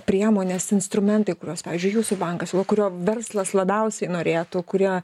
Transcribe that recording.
priemonės instrumentai kuriuos pavyzdžiui jūsų bankas kurio verslas labiausiai norėtų kurie